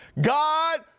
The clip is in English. God